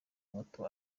moto